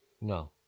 No